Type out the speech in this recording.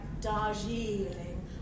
Darjeeling